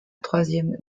troisième